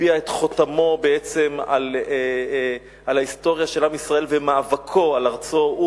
הטביע את חותמו בהיסטוריה של עם ישראל ומאבקו על ארצו.